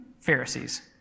Pharisees